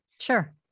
Sure